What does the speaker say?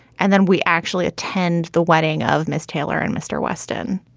and then we actually attend the wedding of miss taylor and mr weston.